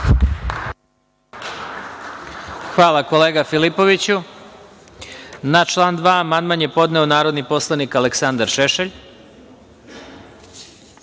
Hvala kolega Filipoviću. Na član 2. amandman je podneo narodni poslanik Aleksandar Šešelj. Na